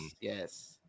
Yes